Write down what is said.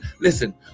Listen